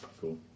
cool